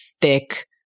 thick